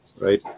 Right